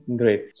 great